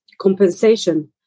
compensation